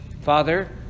father